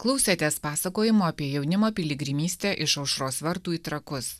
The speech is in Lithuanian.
klausėtės pasakojimo apie jaunimo piligrimystę iš aušros vartų į trakus